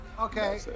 Okay